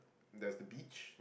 there's the beach